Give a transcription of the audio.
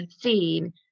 seen